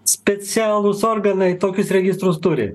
specialūs organai tokius registrus turi